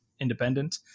independent